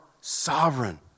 sovereign